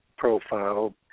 profile